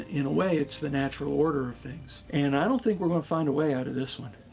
in a way, it's the natural order of things. and i don't think we're gonna find a way out of this one.